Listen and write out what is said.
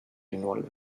involved